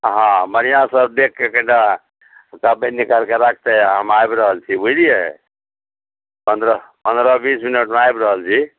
हँ बढ़िआँ सँ देखिके कनिटा कहबै निकालि कऽ रखतै आ हम आबि रहल छी बुझलियै पन्द्रह पन्द्रह बीस मिनटमे आबि रहल छी